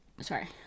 sorry